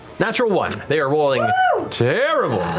natural one. they are rolling terrible. ah